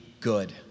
good